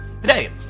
Today